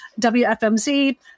WFMZ